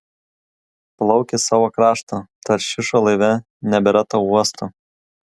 plauk į savo kraštą taršišo laive nebėra tau uosto